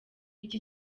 iki